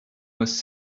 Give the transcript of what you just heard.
was